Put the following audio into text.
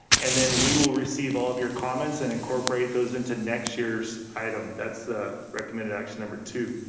and then we will receive all of your comments and incorporate those into next year's item. that's recommended action number two.